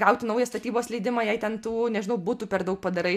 gauti naują statybos leidimą jei ten tų nežinau butų per daug padarai